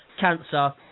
cancer